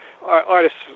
artists